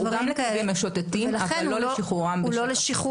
הוא גם לכלבים משוטטים אבל הוא לא לשחרורם בשטח.